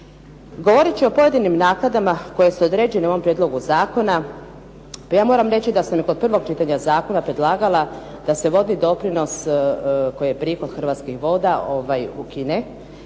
Govorit ću o pojedinim naknadama koje su određene u ovom prijedlogu zakona. Pa ja moram reći da sam i kod prvog čitanja zakona predlagala da se vodi doprinos koji je prihod Hrvatskih voda ukine,